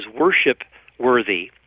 worship-worthy